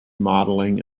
modeling